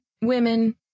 Women